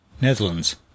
Netherlands